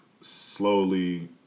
Slowly